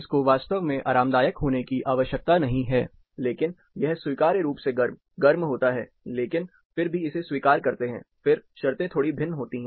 इसको वास्तव में आरामदायक होने की आवश्यकता नहीं है लेकिन यह स्वीकार्य रूप से गर्म गर्म होता है लेकिन फिर भी इसे स्वीकार करते हैं फिर शर्तें थोड़ी भिन्न होती हैं